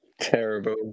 Terrible